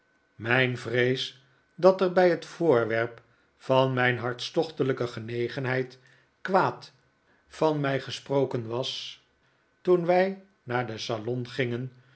mijn vrees dat er bij het voorwerp van mijn hartstochtelijke genegenheid kwaad van mij gesproken was werd toen wij naar den salon gingen